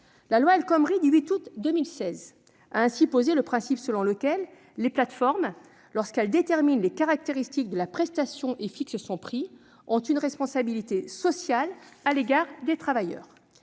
La loi El Khomri du 8 août 2016 a ainsi posé le principe selon lequel les plateformes, lorsqu'elles déterminent les caractéristiques de la prestation et fixent son prix, ont une responsabilité sociale à l'égard des travailleurs.